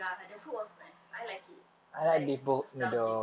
ya the food was nice I like it like nostalgic